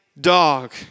dog